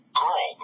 girl